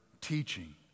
teaching